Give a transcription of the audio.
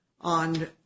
on